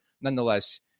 nonetheless